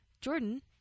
Jordan